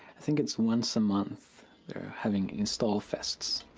i think it's once a month they're having install fests,